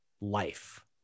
life